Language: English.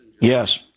Yes